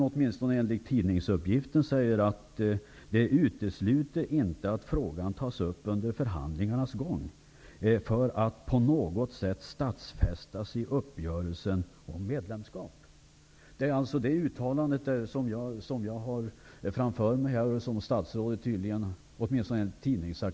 Åtminstone enligt tidningsuppgiften sade hon så här: ''Det utesluter inte att frågan tas upp under förhandlingarnas gång för att på något sätt stadfästas i uppgörelsen om medlemskap.'' Det uttalandet har jag framför mig, som statsrådet tydligen gjorde i Bryssel.